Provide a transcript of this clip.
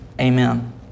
Amen